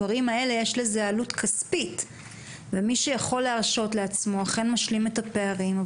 לדברים האלה יש עלות כספית ומי שיכול להרשות לעצמו אכן משלים את הפערים.